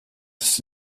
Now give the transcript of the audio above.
ist